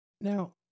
Now